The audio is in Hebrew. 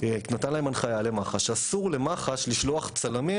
נתן למח"ש הנחיה שאזור למח"ש לשלוח צלמים